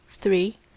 three